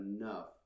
enough